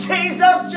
Jesus